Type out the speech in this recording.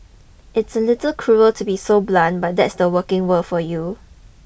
it's a little cruel to be so blunt but that's the working world for you